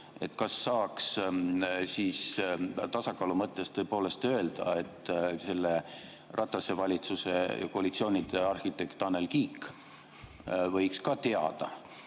siis saaks tasakaalu mõttes tõepoolest öelda, et selle Ratase valitsuse koalitsioonide arhitekt Tanel Kiik võiks ka teada,